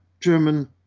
german